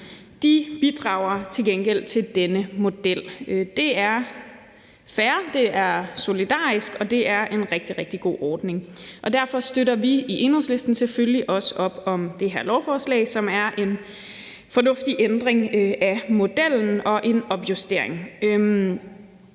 bidrager til gengæld til denne model. Det er fair, det er solidarisk, og det er en rigtig, rigtig god ordning. Derfor støtter vi i Enhedslisten selvfølgelig også op om det her lovforslag, som er en fornuftig ændring af modellen og en opjustering.